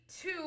two